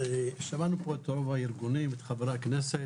שמענו פה את רוב הארגונים, את חברי הכנסת.